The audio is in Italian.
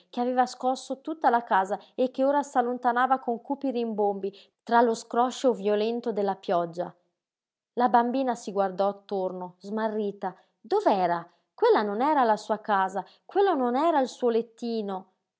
che aveva scosso tutta la casa e che ora s'allontanava con cupi rimbombi tra lo scroscio violento della pioggia la bambina si guardò attorno smarrita dov'era quella non era la sua casa quello non era il suo lettino